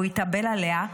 והוא התאבל עליה,